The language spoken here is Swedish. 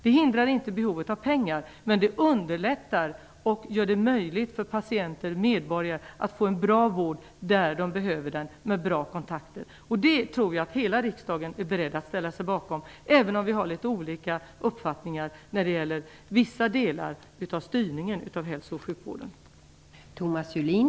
Det hindrar inte att det behövs pengar, men det underlättar och gör det möjligt för medborgare/patienter att få en bra vård där de behöver den, med bra kontakter. Jag tror att hela riksdagen är beredd att ställa sig bakom det, även om vi har olika uppfattningar när det gäller vissa delar av styrningen av hälso och sjukvården.